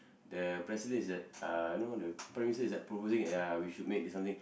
the president is that uh know the Prime-Minister is that proposing ya we should make the something